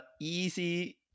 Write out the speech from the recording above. easy